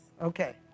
Okay